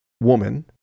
woman